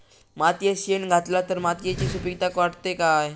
मातयेत शेण घातला तर मातयेची सुपीकता वाढते काय?